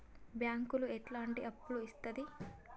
బ్యాంకులు ఎట్లాంటి అప్పులు ఇత్తది?